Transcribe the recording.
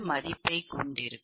மதிப்பை கொண்டிருக்கும்